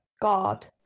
god